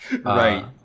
right